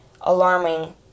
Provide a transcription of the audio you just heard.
alarming